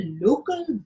local